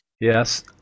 yes